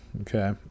Okay